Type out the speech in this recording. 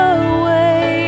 away